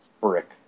brick